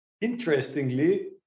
interestingly